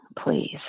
please